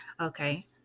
okay